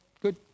good